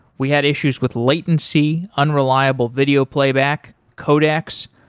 we had issues with latency, unreliable video playback, codecs.